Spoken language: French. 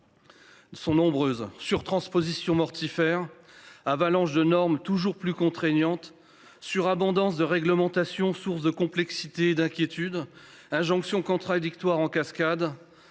Les causes du déclin sont nombreuses : surtranspositions mortifères ; avalanches de normes toujours plus contraignantes ; surabondance de réglementations sources de complexité et d’inquiétudes ; injonctions contradictoires en cascade